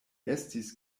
estis